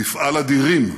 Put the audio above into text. מפעל אדירים,